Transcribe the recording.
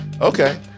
Okay